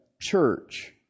church